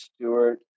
Stewart